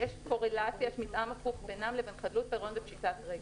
יש מתאם הפוך בינם לבין חדלות פירעון ופשיטת רגל.